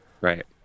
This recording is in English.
right